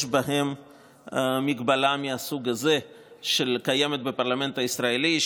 יש מגבלה מהסוג הזה שקיימת בפרלמנט הישראלי,